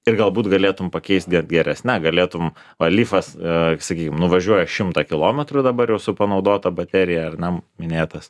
ir galbūt galėtum pakeist net geresne galėtum va leafas sakykim nuvažiuoja šimtą kilometrų dabar jau su panaudota baterija ar ne minėtas